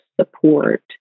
support